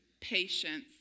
patience